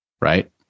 right